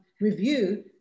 review